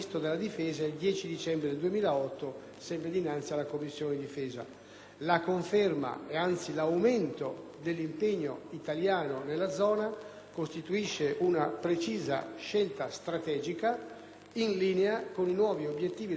La conferma e anzi l'aumento dell'impegno italiano nella zona costituisce una precisa scelta strategica in linea con i nuovi obiettivi della NATO nell'ottica di dare un segnale di ristabilimento